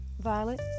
Violet